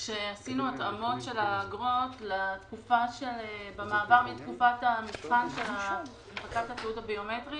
כשעשינו התאמות של האגרות במעבר מתקופת המבחן של הנפקת התיעוד הביומטרי